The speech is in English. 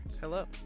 hello